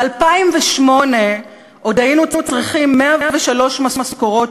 ב-2008 עוד היינו צריכים 103 משכורות